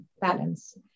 balance